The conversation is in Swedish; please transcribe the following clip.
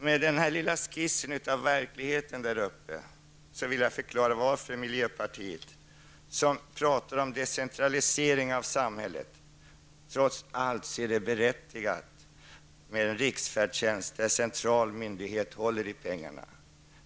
Med denna lilla skiss av verkligheten där uppe vill jag förklara varför miljöpartiet, som talar om decentralisering av samhället, trots allt ser det som berättigat med en riksfärdtjänst där en central myndighet håller i pengarna.